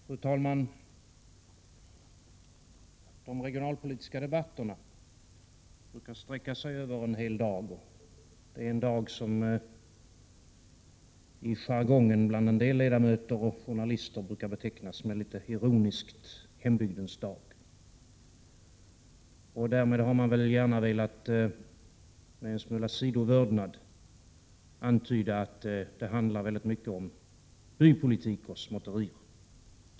Fru talman! De regionalpolitiska debatterna brukar sträcka sig över en hel dag — en dag som i jargongen bland en del ledamöter och journalister litet ironiskt betecknas som ”hembygdens dag”. Därmed har man väl gärna med en smula sidovördnad velat antyda att debatten till stor del handlar om bypolitik och småtterier.